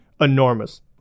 enormous